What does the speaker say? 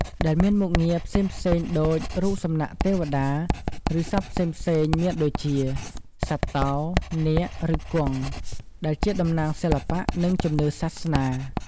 ដែលមានមុខងារផ្សេងៗដូច រូបសំណាកទេវតា ឬសត្វផ្សេងៗ មានដូចជា សត្វតោ នាគ ឬគង់ ដែលជាតំណាងសិល្បៈ និងជំនឿសាសនា។